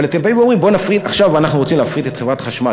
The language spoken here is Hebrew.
אבל אתם אומרים: עכשיו אנחנו רוצים להפריט את חברת החשמל.